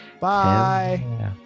Bye